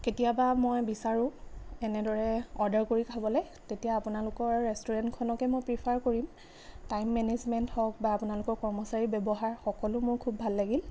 কেতিয়াবা মই বিচাৰোঁ এনেদৰে অৰ্ডাৰ কৰি খাবলে তেতিয়া আপোনালোকৰ ৰেষ্টুৰেণ্টখনকে মই প্ৰিফাৰ কৰিম টাইম মেনেজমেণ্ট হওক বা আপোনালোকৰ কৰ্মচাৰী ব্যৱহাৰ সকলো মোৰ খুব ভাল লাগিল